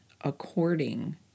according